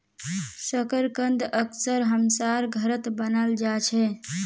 शकरकंद अक्सर हमसार घरत बनाल जा छे